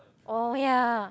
oh ya